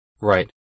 Right